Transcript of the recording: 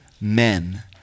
men